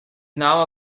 now